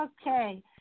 Okay